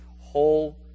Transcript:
Whole